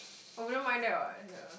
I wouldn't mind that what ya